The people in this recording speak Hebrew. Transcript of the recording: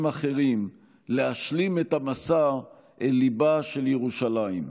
אחרים להשלים את המסע אל ליבה של ירושלים.